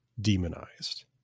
demonized